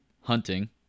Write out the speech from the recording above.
hunting